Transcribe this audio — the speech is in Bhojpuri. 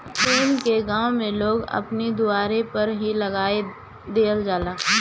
सेम के गांव में लोग अपनी दुआरे पअ ही लगा देहल जाला